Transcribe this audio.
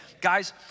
Guys